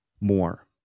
more